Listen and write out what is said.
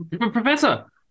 Professor